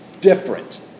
different